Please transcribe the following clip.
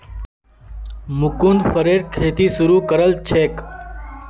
मुकुन्द फरेर खेती शुरू करल छेक